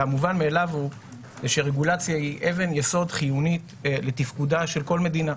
והמובן מאליו הוא שרגולציה היא אבן יסוד חיונית לתפקודה של כל מדינה.